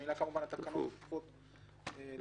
ממילא כמובן התקנות כפופות לחוק.